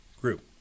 group